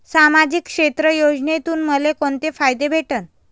सामाजिक क्षेत्र योजनेतून मले कोंते फायदे भेटन?